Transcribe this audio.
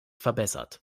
verbessert